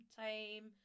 time